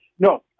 No